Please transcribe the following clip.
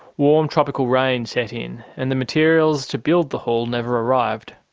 warm tropical rain set in and the materials to build the hall never arrived.